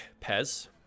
Pez